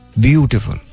Beautiful